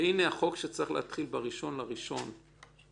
והנה החוק שצריך להתחיל ב-1 בינואר 2019,